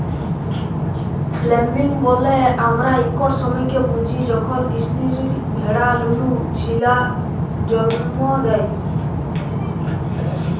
lambing ব্যলে আমরা ইকট সময়কে বুঝি যখল ইস্তিরি ভেড়া লুলু ছিলা জল্ম দেয়